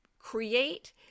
Create